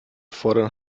fordern